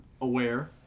aware